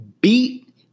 beat